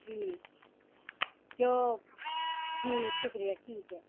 جی جو جی شکریہ ٹھیک ہے